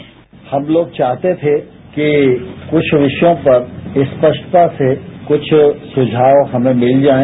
sound bite हम लोग चाहते थे कि कुछ विषयों पर स्पष्टता से कुछ सुझाव हमें मिल जाए